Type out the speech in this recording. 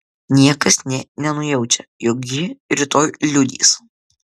niekas nė nenujaučia jog ji rytoj liudys